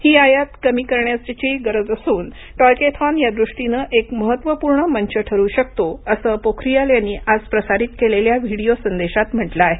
ही आयात कमी करण्याची गरज असून टॉयकेथॉन या दृष्टीनं एक महत्त्वपूर्ण मंच ठरू शकतो असं पोखरीयाल यांनी आज प्रसारित केलेल्या व्हिडीओ संदेशात म्हटलं आहे